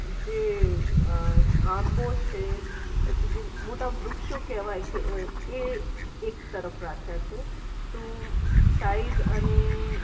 જે આંબો છે પછી જે મોટાં વૃક્ષો કહેવાય કે એ એક તરફ રાખ્યાં છે તો સાઇઝ અને